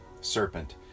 serpent